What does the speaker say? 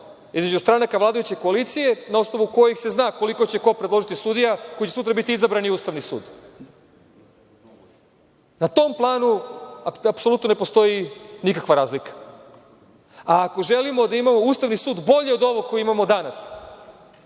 između stranaka vladajuće koalicije, na osnovu kojih se zna koliko će ko predložiti sudija koji će sutra biti izabrani u Ustavni sud. Na tom planu apsolutno ne postoji nikakva razlika. Ako želimo da imamo Ustavni sud bolji od ovog koji imamo danas,